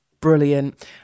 Brilliant